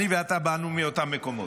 אני ואתה באנו מאותם מקומות.